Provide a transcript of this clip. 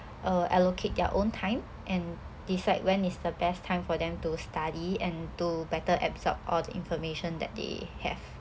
uh allocate their own time and decide when is the best time for them to study and to better absorb all the information that they have